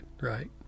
right